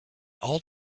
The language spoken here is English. all